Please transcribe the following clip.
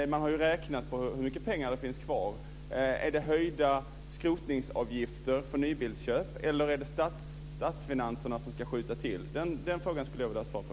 Man har ju räknat på hur mycket pengar som finns kvar. Är det höjda skrotningsavgifter vid nybilsköp eller är det statsfinanserna som ska finansiera detta? Den frågan skulle jag vilja ha svar på.